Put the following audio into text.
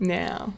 now